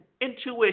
intuition